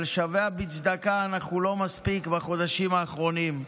אבל "שביה בצדקה" לא מספיק בחודשים האחרונים.